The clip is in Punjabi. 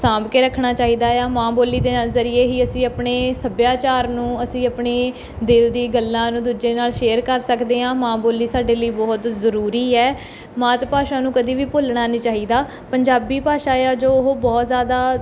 ਸਾਂਭ ਕੇ ਰੱਖਣਾ ਚਾਹੀਦਾ ਆ ਮਾਂ ਬੋਲੀ ਦੇ ਨਾਲ ਜ਼ਰੀਏ ਹੀ ਅਸੀਂ ਆਪਣੇ ਸੱਭਿਆਚਾਰ ਨੂੰ ਅਸੀਂ ਆਪਣੇ ਦਿਲ ਦੀ ਗੱਲਾਂ ਨੂੰ ਦੂਜੇ ਨਾਲ ਸ਼ੇਅਰ ਕਰ ਸਕਦੇ ਹਾਂ ਮਾਂ ਬੋਲੀ ਸਾਡੇ ਲਈ ਬਹੁਤ ਜ਼ਰੂਰੀ ਹੈ ਮਾਤ ਭਾਸ਼ਾ ਨੂੰ ਕਦੀ ਵੀ ਭੁੱਲਣਾ ਨਹੀਂ ਚਾਹੀਦਾ ਪੰਜਾਬੀ ਭਾਸ਼ਾ ਆ ਜੋ ਉਹ ਬਹੁਤ ਜ਼ਿਆਦਾ